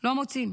לא מוצאים.